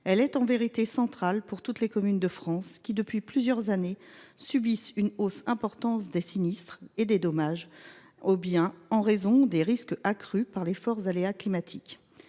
Elle est en vérité centrale pour toutes les communes de France, qui, depuis plusieurs années, subissent une hausse importante des sinistres et des dommages aux biens en raison des risques accrus par les forts aléas climatiques.